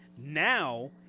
Now